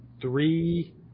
three